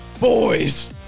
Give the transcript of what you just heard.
Boys